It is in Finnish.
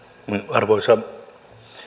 arvoisa